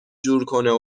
جورکنه